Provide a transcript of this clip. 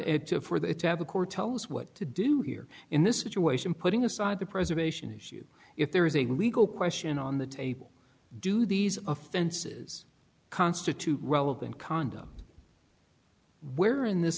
vacate for the record tell us what to do here in this situation putting aside the preservation issue if there is a legal question on the table do these offenses constitute relevant condom where in this